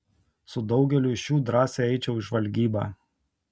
su daugeliu iš jų drąsiai eičiau į žvalgybą